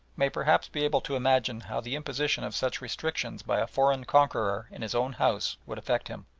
may perhaps be able to imagine how the imposition of such restrictions by a foreign conqueror in his own house would affect him.